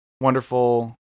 wonderful